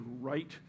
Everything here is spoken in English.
right